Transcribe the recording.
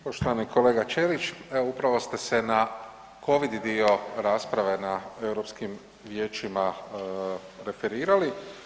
Poštovani kolega Ćelić, evo upravo ste se na covid dio rasprave na Europskim vijećima referirali.